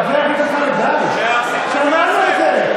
חבר הכנסת אמסלם, די, שמענו את זה.